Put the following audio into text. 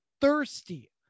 thirsty